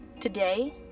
Today